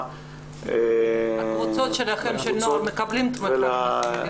לקבוצות --- לקבוצות הנוער שלכם שמקבלות תמיכה.